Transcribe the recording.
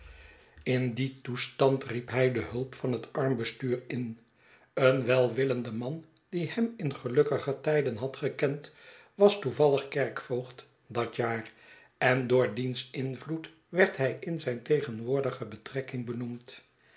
in dien toestand riep hij de hulp van het armbestuur in een welwillende man die hem in gelukkiger tijden had gekend was toevallig kerkvoogd dat jaar en door diens invloed werd hij in zijn tegenwoordige betrekking benoemd